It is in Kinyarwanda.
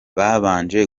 babanje